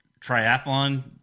triathlon